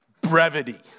Brevity